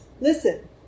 Listen